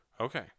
okay